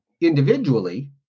individually